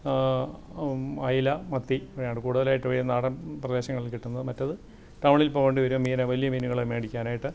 ഐല മത്തി ഇവയാണ് കൂടുതലായിട്ടും ഈ നാടന് പ്രദേശങ്ങളില് കിട്ടുന്നത് മറ്റേത് ടൗണില് പോവേണ്ടി വരും മീൻ വലിയ മീനുകളെ മേടിക്കാനായിട്ട്